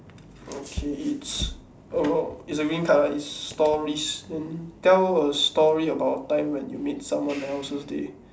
okay it's orh it's a green colour it's stories then tell a story about a time when you made someone else's day